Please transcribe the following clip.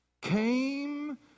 came